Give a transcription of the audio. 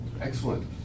Excellent